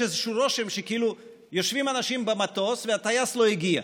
יש איזשהו רושם שכאילו יושבים אנשים במטוס והטייס לא הגיע.